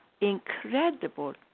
incredible